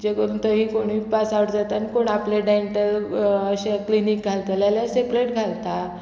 जे करून थंय कोणूय पास आवट जाता आनी कोण आपले डँटल अशे क्लिनीक घालतलें जाल्यार सेपरेट घालता